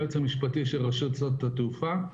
היועץ המשפטי של רשות שדות התעופה.